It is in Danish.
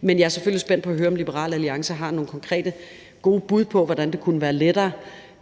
Men jeg er selvfølgelig spændt på at høre, om Liberal Alliance har nogle konkrete gode bud på, hvordan det kunne være lettere